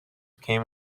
came